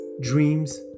dreams